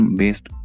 based